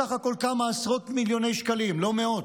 בסך הכול כמה עשרות מיליוני שקלים, לא מאות.